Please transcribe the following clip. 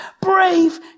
brave